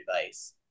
advice